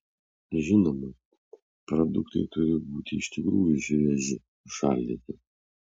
žinoma produktai turi būti iš tikrųjų švieži užšaldyti